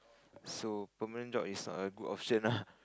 so permanent job is not a good option lah